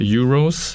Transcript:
euros